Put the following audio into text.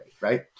Right